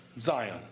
Zion